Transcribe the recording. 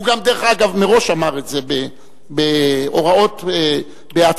הוא גם, דרך אגב, מראש אמר את זה בהוראות, בהצגת,